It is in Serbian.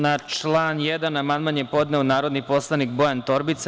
Na član 1. amandman je podneo narodni poslanik Bojan Torbica.